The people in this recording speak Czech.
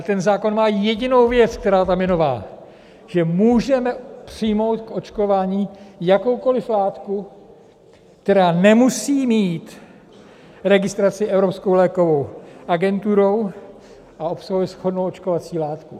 Ten zákon má jedinou věc, která tam je nová, že můžeme přijmout k očkování jakoukoliv látku, která nemusí mít registraci Evropskou lékovou agenturou a obsahuje shodnou očkovací látku.